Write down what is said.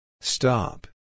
Stop